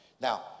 Now